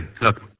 Look